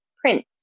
print